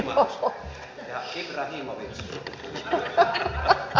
arvoisa puhemies